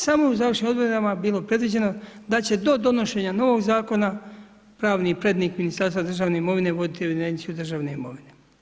Samo u završnim odredba je bilo predviđeno da će do donošenja novog Zakona pravni prednik Ministarstva državne imovine voditi evidenciju državne imovine.